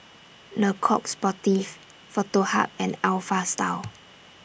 Le Coq Sportif Foto Hub and Alpha Style